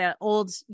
old